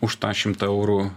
už tą šimtą eurų